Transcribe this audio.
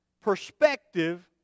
perspective